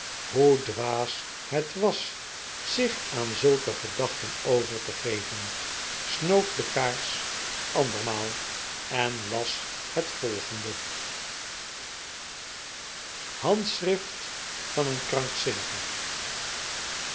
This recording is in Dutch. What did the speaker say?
hoe dwaas het was zich aan zulke gedachten over te geven snoot de kaars an dermaal en las het volgende handschrift van een krankzinnige